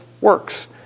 works